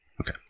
Okay